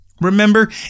Remember